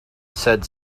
said